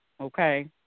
okay